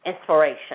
inspiration